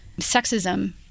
sexism